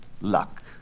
luck